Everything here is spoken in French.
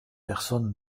personne